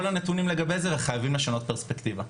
הנתונים לגבי זה וחייבים לשנות פרספקטיבה.